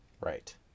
Right